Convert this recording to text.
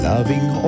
Loving